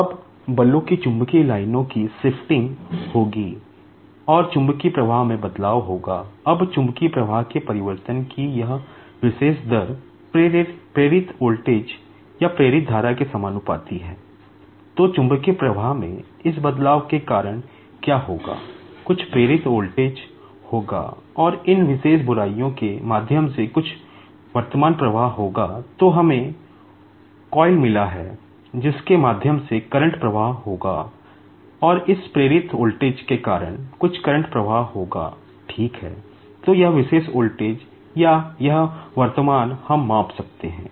अब बलों की चुंबकीय लाइनों की शिफ्टिंग या यह वर्तमानहम माप सकते हैं